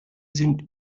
sind